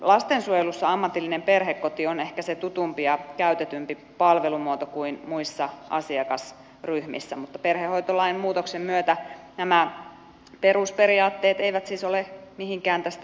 lastensuojelussa ammatillinen perhekoti on ehkä se tutumpi ja käytetympi palvelumuoto kuin muissa asiakasryhmissä mutta perhehoitolain muutoksen myötä nämä perusperiaatteet eivät siis ole mihinkään tästä muuttumassa